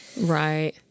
right